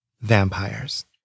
Vampires